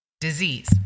disease